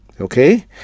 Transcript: Okay